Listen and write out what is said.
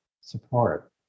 support